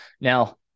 now